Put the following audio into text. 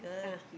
ah